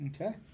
Okay